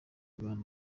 bana